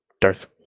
Darth